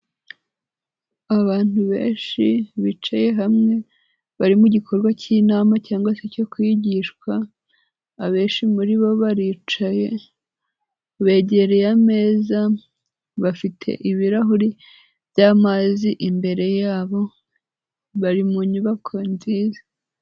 Abantu benshi bicaye hamwe bari mu gikorwa cyinama cyangwa se cyo kwigishwa, abenshi muri bo baricaye, begereye ameza, bafite ibirahuri byamazi imbere yabo bari mu nyubako nziza.